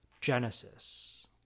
Genesis